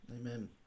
amen